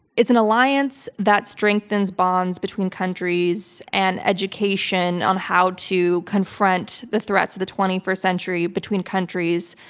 it's an alliance that strengthens bonds between countries and education on how to confront the threats of the twenty first century between countries.